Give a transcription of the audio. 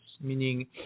meaning